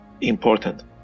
important